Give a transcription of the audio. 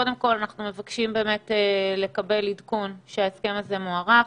קודם כל אנחנו מבקשים לקבל עדכון שההסכם הזה מוארך.